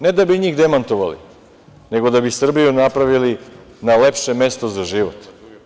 Ne da bi njih demantovali, nego da bi Srbiju napravili na lepše mesto za život.